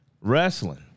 wrestling